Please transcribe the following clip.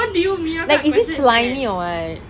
what do you mean what kind of question is that